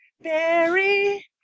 Barry